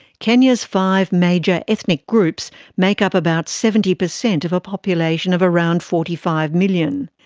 kenya's five major ethnic groups make up about seventy percent of a population of around forty five million.